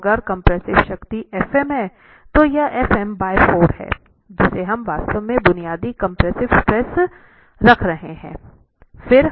तो अगर कम्प्रेसिव शक्ति fm है तो यह fm बाय 4 है जिसे हम वास्तव में बुनियादी कम्प्रेसिव स्ट्रेस रख रहे हैं